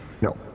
No